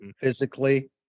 Physically